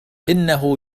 إنه